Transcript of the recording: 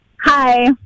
Hi